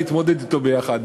להתמודד אתו ביחד.